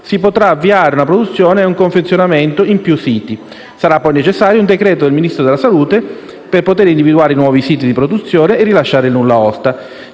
si potrà avviare una produzione e un confezionamento in più siti. Sarà, poi, necessario un decreto del Ministro della salute per poter individuare i nuovi siti di produzione e rilasciare il nulla osta,